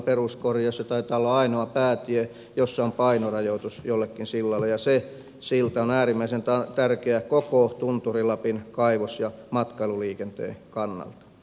se taitaa olla ainoa päätie jossa on painorajoitus jollekin sillalle ja se silta on äärimmäisen tärkeä koko tunturi lapin kaivos ja matkailuliikenteen kannalta